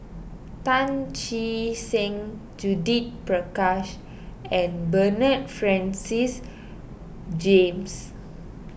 Tan Che Sang Judith Prakash and Bernard Francis James